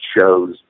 shows